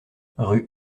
rue